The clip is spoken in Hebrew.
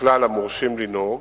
מכלל המורשים לנהוג,